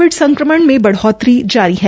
Covid संक्रमण में ब ोतरी जारी है